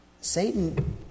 Satan